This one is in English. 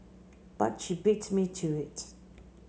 but she beat me to it